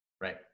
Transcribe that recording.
Right